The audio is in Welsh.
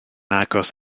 agos